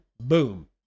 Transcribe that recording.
boom